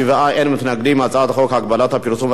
ההצעה להעביר את הצעת חוק הגבלת הפרסומת